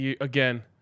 again